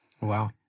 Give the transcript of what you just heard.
Wow